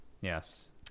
Yes